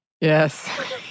Yes